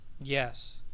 Yes